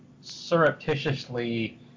surreptitiously